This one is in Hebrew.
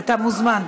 אתה מוזמן.